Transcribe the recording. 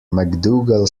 macdougall